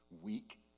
weak